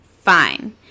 fine